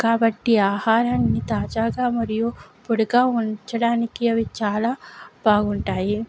కాబట్టి ఆహారాన్ని తాజాగా మరియు పొడిగా ఉంచడానికి అవి చాలా బాగుంటాయి